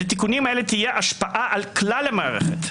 לתיקונים אלה תהיה השפעה על כלל המערכת,